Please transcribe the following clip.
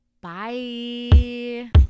Bye